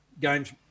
games